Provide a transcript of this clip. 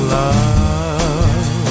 love